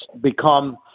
become